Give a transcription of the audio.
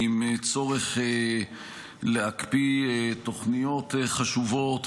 עם צורך להקפיא תוכניות חשובות,